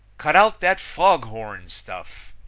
cut out that foghorn stuff!